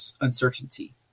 uncertainty